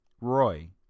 Roy